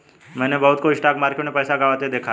मैंने बहुतों को स्टॉक मार्केट में पैसा गंवाते देखा हैं